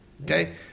Okay